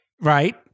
Right